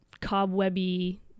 cobwebby